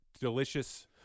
delicious